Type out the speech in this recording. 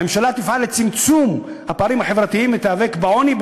"הממשלה תפעל לצמצום הפערים החברתיים ותיאבק בעוני,